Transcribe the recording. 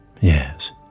Yes